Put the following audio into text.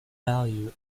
value